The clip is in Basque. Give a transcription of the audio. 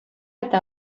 eta